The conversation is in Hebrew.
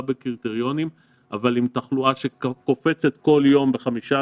בקריטריונים אבל עם תחלואה שקופצת כל יום ב-15%,